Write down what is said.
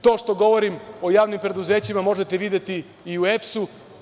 To što govorim o javnim preduzećima možete videti i u EPS.